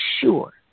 sure